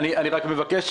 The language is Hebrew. אני מבקש,